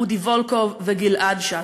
אודי וולקוב וגלעד שץ.